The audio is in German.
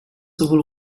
sowohl